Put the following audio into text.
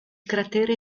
cratere